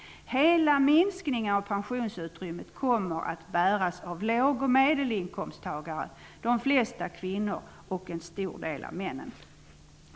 Hela minskningen av pensionsutrymmet kommer att bäras av låg och medelinkomsttagare, de flesta kvinnorna och en stor del av männen.